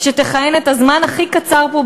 שתכהן בזמן הכי קצר פה,